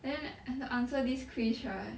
then end to answer this quiz right